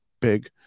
big